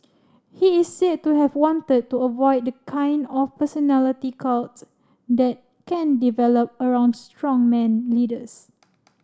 he is said to have wanted to avoid the kind of personality cult that can develop around strongman leaders